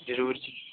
ਜ਼ਰੂਰ ਜੀ